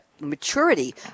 maturity